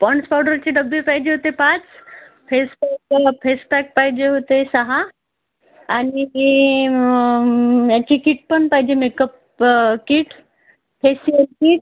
Pond's पावडरचे डब्बे पाहिजे होते पाच फेस फेसपॅक पाहिजे होते सहा आणि की याची किट पण पाहिजे मेकअप किट फेशियल किट